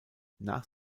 nach